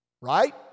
Right